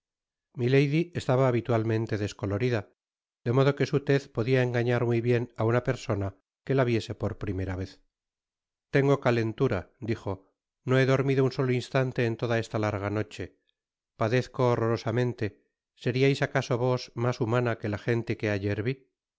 estaba habitualmente descolorida de modo que su tez podia engañar muy bien á una persona que la viese por primera vez tengo calentura dijo no be dormido un solo instante en toda esta larga noche padezco horrorosamente seriais acaso vos mas humana que la gente que ayer vi